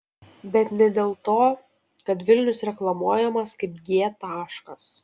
bet ne dėl to kad vilnius reklamuojamas kaip g taškas